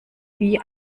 wie